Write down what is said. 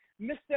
Mr